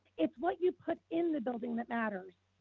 it's what you put in the building that matters.